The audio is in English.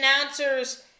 announcers